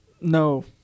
no